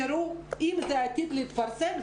תראו אם זה עתיד להתפרסם,